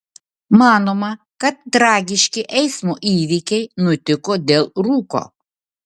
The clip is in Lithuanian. manoma kad tragiški eismo įvykiai nutiko dėl rūko